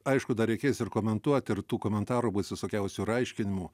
aišku dar reikės ir komentuoti ir tų komentarų bus visokiausių ir aiškinimų